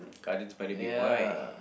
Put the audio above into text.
Gardens by the Bay why